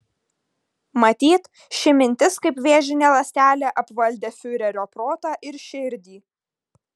matyt ši mintis kaip vėžinė ląstelė apvaldė fiurerio protą ir širdį